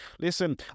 listen